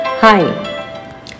Hi